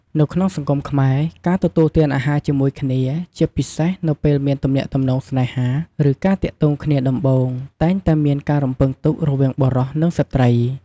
នៅក្នុងសង្គមខ្មែរ ការទទួលទានអាហារជាមួយគ្នា ជាពិសេសនៅពេលមានទំនាក់ទំនងស្នេហា ឬការទាក់ទងគ្នាដំបូង តែងតែមានការរំពឹងទុករវាងបុរស និងស្ត្រី។